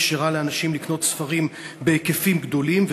אפשרה לאנשים לקנות ספרים בהיקפים גדולים,